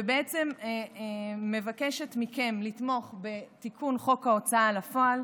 ובעצם מבקשת מכם לתמוך בתיקון חוק ההוצאה לפועל,